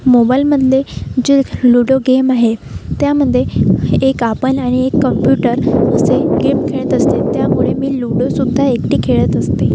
मोबाइलमधले जे ludo game आहे त्यामध्ये हे एक आपण आणि एक कम्प्युटर असे गेम खेळत असते त्यामुळे मी लूडोसुद्धा एकटी खेळत असते